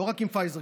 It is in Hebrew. לא רק עם פייזר,